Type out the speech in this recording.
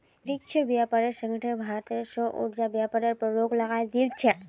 विश्व व्यापार संगठन भारतेर सौर ऊर्जाक व्यापारेर पर रोक लगई दिल छेक